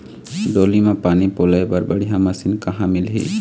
डोली म पानी पलोए बर बढ़िया मशीन कहां मिलही?